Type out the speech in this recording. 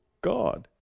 God